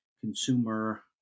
consumer